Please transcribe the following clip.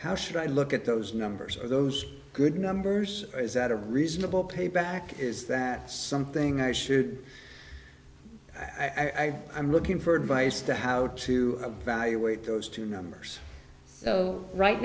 how should i look at those numbers are those good numbers is that a reasonable pay back is that something or should i say i'm looking for advice to how to evaluate those two numbers so right